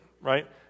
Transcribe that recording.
right